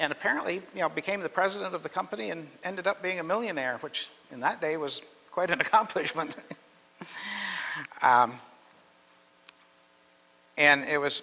and apparently became the president of the company and ended up being a millionaire which in that day was quite an accomplishment and it was